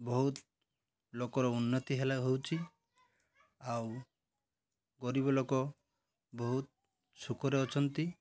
ବହୁତ ଲୋକର ଉନ୍ନତି ହେଲା ହେଉଛି ଆଉ ଗରିବ ଲୋକ ବହୁତ ସୁଖରେ ଅଛନ୍ତି